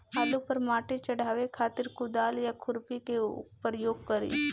आलू पर माटी चढ़ावे खातिर कुदाल या खुरपी के प्रयोग करी?